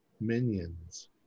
minions